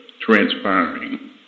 transpiring